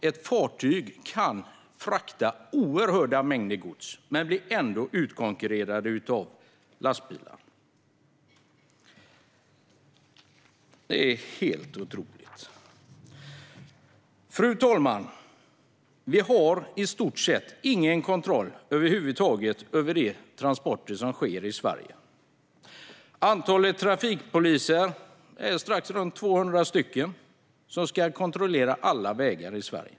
Ett fartyg kan frakta oerhörda mängder gods men blir ändå utkonkurrerat av lastbilar. Det är helt otroligt. Fru talman! Vi har i stort sett ingen kontroll över de transporter som sker i Sverige. Antalet trafikpoliser är ca 200, och de ska kontrollera alla vägar i Sverige.